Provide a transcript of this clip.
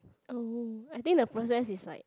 oh I think the process is like